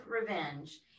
revenge